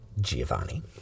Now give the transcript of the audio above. giovanni